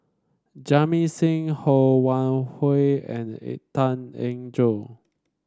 Jamit Singh Ho Wan Hui and Tan Eng Joo